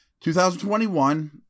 2021